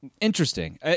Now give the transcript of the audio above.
interesting